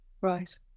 Right